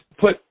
put